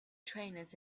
trainers